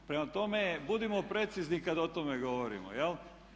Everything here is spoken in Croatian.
Prema tome, budimo precizni kad o tome govorimo jel'